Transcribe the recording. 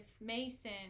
Mason